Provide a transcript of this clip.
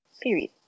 Period